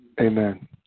Amen